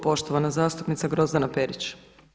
Poštovana zastupnica Grozdana Perić.